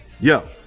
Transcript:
Yo